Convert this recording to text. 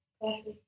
perfect